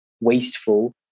wasteful